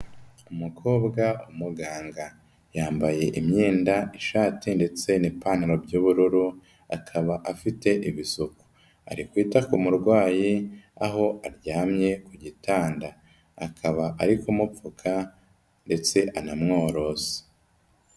Umukobwa w'umuganga yambaye imyenda ishati ndetse n'ipantaro by'ubururu, akaba afite ibisuko ari kwita ku murwayi aho aryamye ku gitanda, akaba ari kumupfuka ndetse anamworosa.